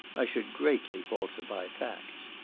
i should greatly falsify facts.